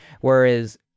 Whereas